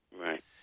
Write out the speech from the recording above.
Right